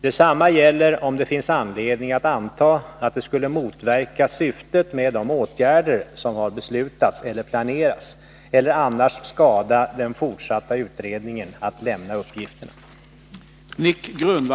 Detsamma gäller om det finns anledning att anta att det skulle motverka syftet med de åtgärder som har beslutats eller planeras eller annars skada den fortsatta utredningen att lämna uppgifterna.